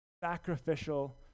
sacrificial